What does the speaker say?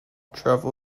travel